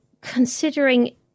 considering